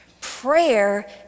Prayer